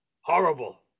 horrible